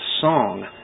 song